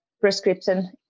prescription